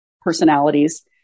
personalities